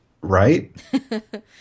right